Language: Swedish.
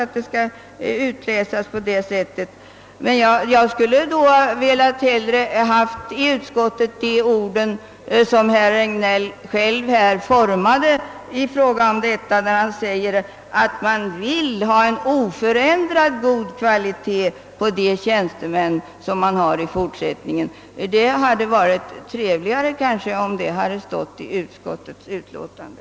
Därför skulle jag hellre i det ha velat finna de ord som herr Regnéll själv formade, nämligen att man i fortsättningen vill ha en oförändrat hög kvalitet på sina tjänstemän. Det hade nog varit trevligare om det hade stått så i utskottets utlåtande.